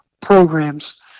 programs